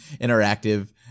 interactive